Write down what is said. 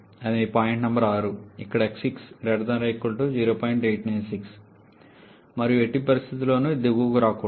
అది మీ point number 6 ఇక్కడ మరియు ఎట్టి పరిస్థితుల్లోనూ ఇది దిగువకు రాకూడదు